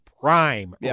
prime